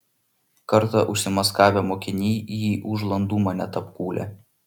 kartą užsimaskavę mokiniai jį už landumą net apkūlę